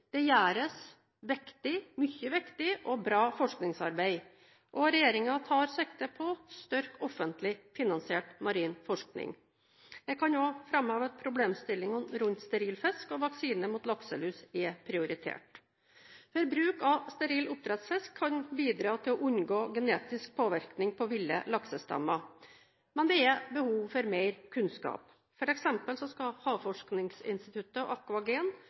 Det gjøres mye viktig og bra forskningsarbeid, og regjeringen tar sikte på å styrke offentlig finansiert marin forskning. Jeg kan også framheve at problemstillinger rundt steril fisk og vaksine mot lakselus er prioritert. Bruk av steril oppdrettsfisk kan bidra til å unngå genetisk påvirkning på ville laksestammer. Men det er behov for mer kunnskap. For eksempel skal Havforskningsinstituttet og Aqua Gen